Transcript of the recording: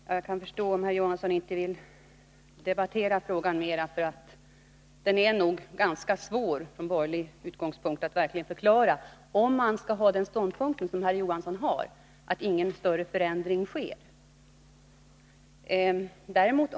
Fru talman! Jag kan förstå om herr Johansson inte vill debattera frågan mera — det är nog ganska svårt att förklara förslaget om man intar den ståndpunkt som herr Johansson har, nämligen att ingen större förändring sker genom förslaget.